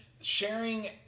sharing